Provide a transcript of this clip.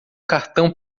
cartão